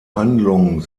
handlung